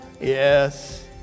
Yes